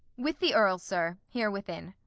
with the earl, sir, here within.